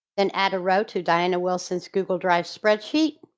and add a row to diana wilson is google drive spreadsheet.